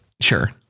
Sure